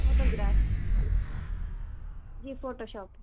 photo graph G photo shop